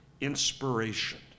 inspiration